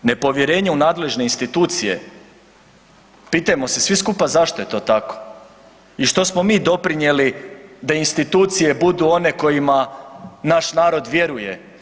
Nepovjerenje u nadležne institucije, pitajmo se svi skupa zašto je to tako i što smo mi doprinijeli da institucije budu one kojima naš narod vjeruje.